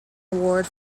award